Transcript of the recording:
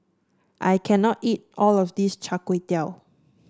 I can not eat all of this Chai Kuay Tow